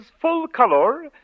full-color